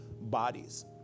bodies